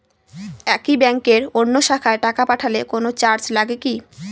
একই ব্যাংকের অন্য শাখায় টাকা পাঠালে কোন চার্জ লাগে কি?